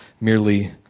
merely